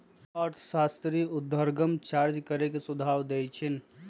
अर्थशास्त्री उर्ध्वगम चार्ज करे के सुझाव देइ छिन्ह